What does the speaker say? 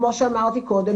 כמו שאמרתי קודם,